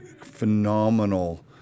phenomenal